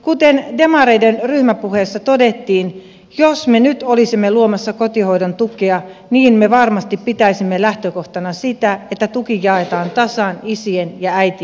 kuten demareiden ryhmäpuheessa todettiin jos me nyt olisimme luomassa kotihoidon tukea niin me varmasti pitäisimme lähtökohtana sitä että tuki jaetaan tasan isien ja äitien kesken